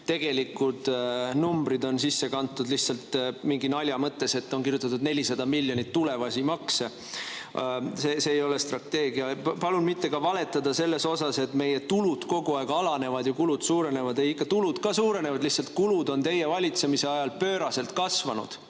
tegelikud numbrid on sisse kantud lihtsalt nalja mõttes: on kirjutatud 400 miljonit tulevasi makse. See ei ole strateegia. Palun ka mitte valetada selle kohta, et meie tulud kogu aeg alanevad ja kulud suurenevad. Ei, tulud ka suurenevad, lihtsalt kulud on pööraselt [suurenenud]